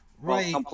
Right